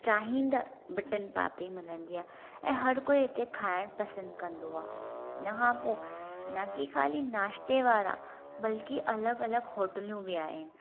चाहींदड़ु बटन पापरी मिलंदी आहे ऐं हर कोई हिते खाइणु पसंदि कंदो आहे हिन खां पोइ न कि खाली नाश्ते वारा बल्कि अलॻि अलॻि होटलूं बि आहिनि